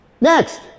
Next